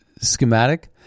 schematic